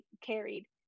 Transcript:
carried